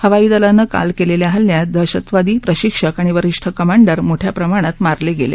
हवाई दलानं काल केलेल्या हल्ल्यात दहशतवादी प्रशिक्षक आणि वरीष्ठ कमांडर मोठ्या प्रमाणात मारले गेले